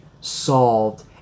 solved